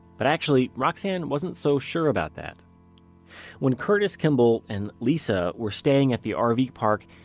but actually roxane wasn't so sure about that when curtis kimball and lisa were staying at the um rv park,